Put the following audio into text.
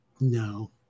no